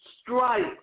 Stripe